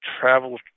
travel